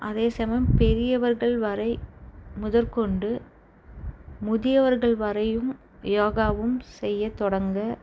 அதே சமயம் பெரியவர்கள் வரை முதற்கொண்டு முதியவர்கள் வரையும் யோகாவும் செய்யத் தொடங்க